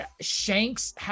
Shanks